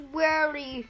worry